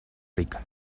rica